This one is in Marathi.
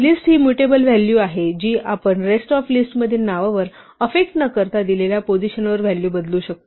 लिस्ट ही म्युटेबल व्हॅल्यू आहे जी आपण रेस्ट ऑफ लिस्टमधील नावावर अफ्फेक्ट न करता दिलेल्या पोझिशनवर व्हॅल्यू बदलू शकतो